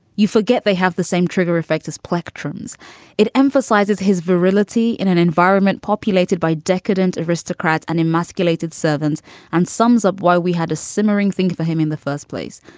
you forget they have the same trigger effect as plectrum is it emphasizes his virility in an environment populated by decadent aristocrats and emasculated servants and sums up why we had a simmering thing for him in the first place.